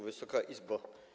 Wysoka Izbo!